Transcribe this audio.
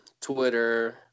Twitter